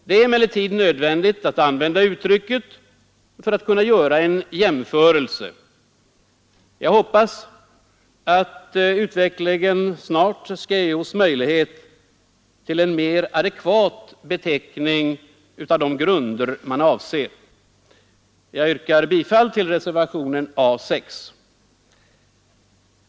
Det är emellertid nödvändigt att använda uttrycket för att kunna göra en jämförelse. Jag hoppas att utvecklingen snart skall ge oss möjlighet till en mer adekvat beteckning av de grunder som avses. Jag yrkar bifall till reservationen A 6.